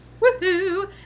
woohoo